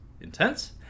intense